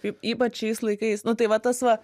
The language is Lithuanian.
ypač šiais laikais nu tai va tas va